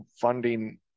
funding